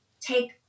take